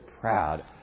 proud